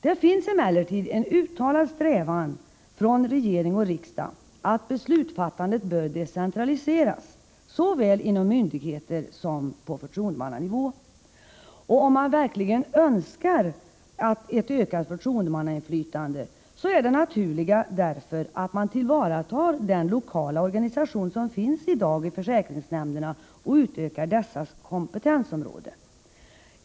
Det finns emellertid en uttalad strävan från regering och riksdag att beslutsfattandet bör decentraliseras såväl inom myndigheter som på förtroendemannanivå. Om man verkligen önskar ett ökat förtroendemannainflytande är det naturliga därför att man tillvaratar den lokala organisation som finns i dag i försäkringsnämnderna och utökar deras kompetensområde.